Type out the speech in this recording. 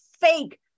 fake